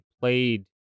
played